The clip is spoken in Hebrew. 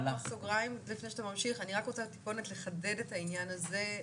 אני רק רוצה טיפונת לחדד את העניין הזה.